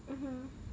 mmhmm